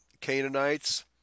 Canaanites